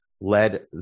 led